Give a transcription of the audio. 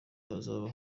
hazaba